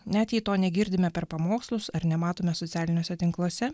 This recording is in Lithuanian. net jei to negirdime per pamokslus ar nematome socialiniuose tinkluose